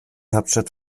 hauptstadt